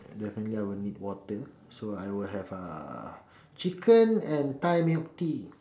definitely I would need water so I would have uh chicken and Thai milk tea